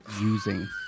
using